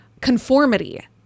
conformity